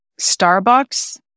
Starbucks